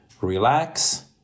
relax